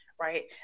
right